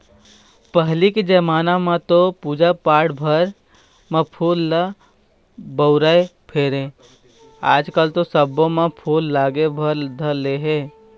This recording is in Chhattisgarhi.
पहिली के जमाना म तो पूजा पाठ भर म फूल ल बउरय फेर आजकल तो सब्बो म फूल लागे भर धर ले हे